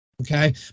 Okay